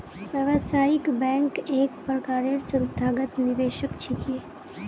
व्यावसायिक बैंक एक प्रकारेर संस्थागत निवेशक छिके